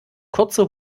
kurze